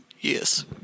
Yes